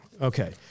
okay